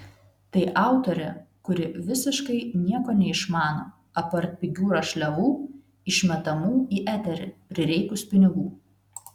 tai autorė kuri visiškai nieko neišmano apart pigių rašliavų išmetamų į eterį prireikus pinigų